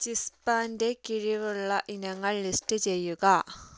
ചിസ്സ്പാന്റെ കീഴിലുള്ള ഇനങ്ങൾ ലിസ്റ്റ് ചെയ്യുക